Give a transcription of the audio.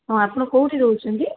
ହଁ ଆପଣ କୋଉଠି ରହୁଛନ୍ତି